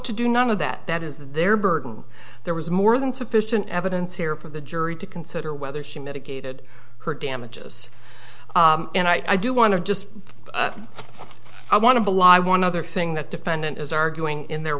to do none of that that is their burden there was more than sufficient evidence here for the jury to consider whether she mitigated her damages and i do want to just i want to belie one other thing that defendant is arguing in their